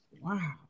Wow